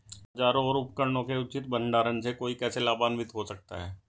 औजारों और उपकरणों के उचित भंडारण से कोई कैसे लाभान्वित हो सकता है?